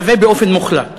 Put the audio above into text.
שווה באופן מוחלט.